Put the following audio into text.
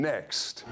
Next